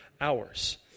hours